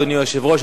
אדוני היושב-ראש,